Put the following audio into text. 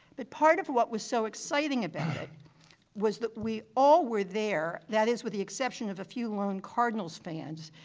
but part of what was so exciting about it was that we all were there, that is with the exception of a few lone cardinals fans,